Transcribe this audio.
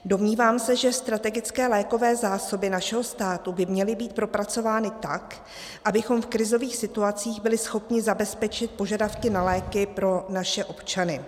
Domnívám se, že strategické lékové zásoby našeho státu by měly být propracovány tak, abychom v krizových situacích byli schopni zabezpečit požadavky na léky pro naše občany.